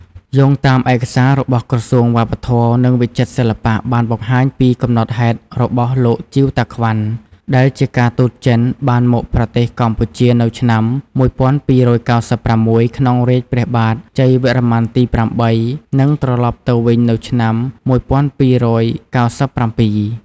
យោងតាមឯកសាររបស់ក្រសួងវប្បធម៌ និងវិចិត្រសិល្បៈបានបង្ហាញពីកំណត់ហេតុរបស់លោក ជីវ តាក្វាន់ ដែលជាការទូតចិន បានមកប្រទេសកម្ពុជានៅឆ្នាំ ១២៩៦ ក្នុងរាជ្យព្រះបាទជ័យវរ្ម័នទី៨ និងត្រឡប់ទៅវិញនៅឆ្នាំ ១២៩៧។